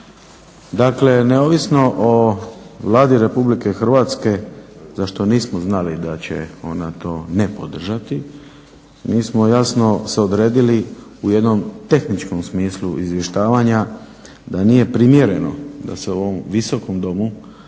Dakle, neovisno o Vladi Republike Hrvatske za što nismo znali da će ona to ne podržati, mi smo jasno se odredili u jednom tehničkom smislu izvještavanja da nije primjereno da se u ovom Visokom domu